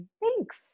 Thanks